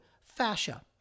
fascia